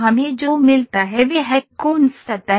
हमें जो मिलता है वह एक Coons सतह है